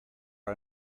are